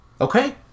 Okay